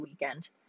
weekend